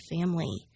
family